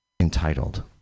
entitled